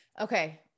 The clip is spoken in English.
Okay